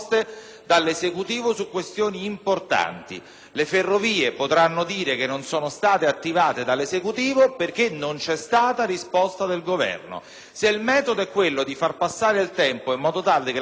Le Ferrovie potranno dire che non sono state attivate dall'Esecutivo proprio perché non c'è stata risposta del Governo. Se il metodo è quello di far passare il tempo in modo tale che la risposta non sia più necessaria perché superata